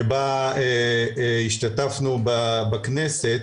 שבה השתתפנו בכנסת.